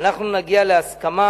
אנחנו נגיע להסכמה,